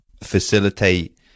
facilitate